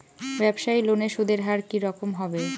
ব্যবসায়ী লোনে সুদের হার কি রকম হবে?